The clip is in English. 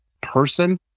person